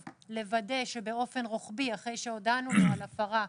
לוודא שבאופן רוחבי אחרי שהודענו לו על ההפרה,